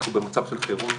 אנחנו במצב של חירום.